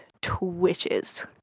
twitches